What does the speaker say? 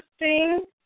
interesting